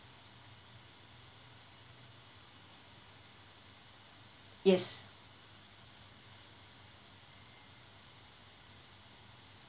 yes